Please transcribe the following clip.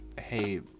Hey